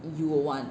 you would want